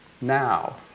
now